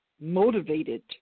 motivated